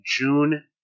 June